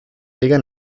liga